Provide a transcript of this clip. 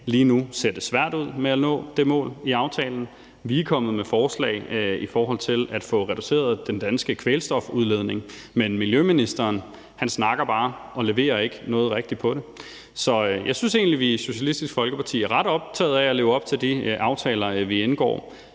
Lige nu ser det svært ud med at nå det mål i aftalen. Vi er kommet med forslag i forhold til at få reduceret den danske kvælstofudledning, men miljøministeren snakker bare og leverer ikke rigtig noget på det. Så jeg synes egentlig, at vi i Socialistisk Folkeparti er ret optagede af at leve op til de aftaler, vi indgår,